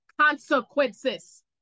consequences